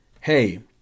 Hey